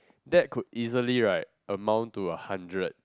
that could easily right amount to a hundred